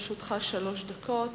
לרשותך שלוש דקות.